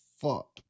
fuck